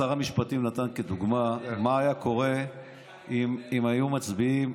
שר המשפטים נתן כדוגמה מה היה קורה אם היו מצביעים